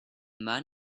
man